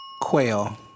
Quail